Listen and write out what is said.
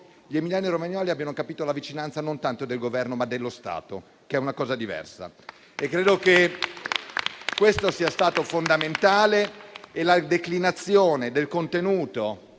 gli emiliano-romagnoli abbiano capito la vicinanza, non tanto del Governo, ma dello Stato, che è una cosa diversa. Penso che questo sia stato fondamentale e la declinazione del contenuto